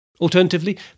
Alternatively